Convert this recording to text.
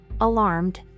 Alarmed